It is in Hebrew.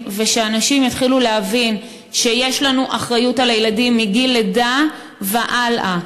ושאנשים יתחילו להבין שיש לנו אחריות על הילדים מגיל לידה והלאה.